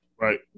right